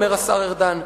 אמר השר ארדן,